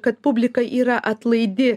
kad publika yra atlaidi